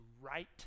right